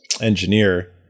engineer